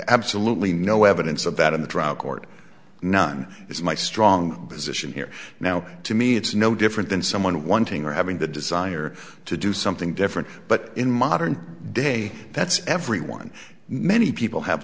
absolutely no evidence of that in the drug court none is my strong position here now to me it's no different than someone wanting or having the desire to do something different but in modern day that's everyone many people have